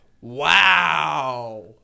Wow